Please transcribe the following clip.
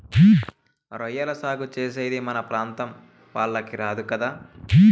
రొయ్యల సాగు చేసేది మన ప్రాంతం వాళ్లకి రాదు కదా